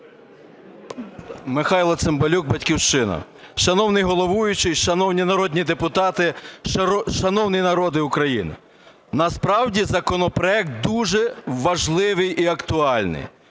Михайло Цимбалюк, "Батьківщина". Шановний головуючий, шановні народні депутати, шановний народе України! Насправді законопроект дуже важливий і актуальний.